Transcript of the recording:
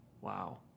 wow